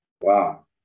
wow